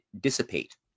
dissipate